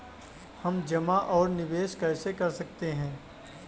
हम जमा और निवेश कैसे कर सकते हैं?